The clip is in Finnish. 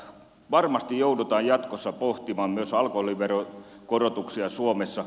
varmasti joudutaan jatkossa pohtimaan myös alkoholiveron korotuksia suomessa